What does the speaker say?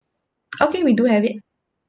okay we do have it